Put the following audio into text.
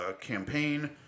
campaign